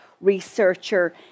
researcher